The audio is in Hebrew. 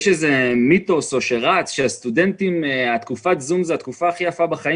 יש איזה מיתוס שרץ שתקופת הזום היא התקופה הכי יפה בחיי